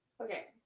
Okay